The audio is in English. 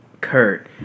Kurt